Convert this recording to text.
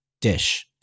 dish